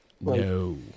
No